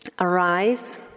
arise